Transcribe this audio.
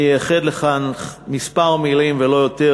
אני אייחד לכך כמה מילים ולא יותר,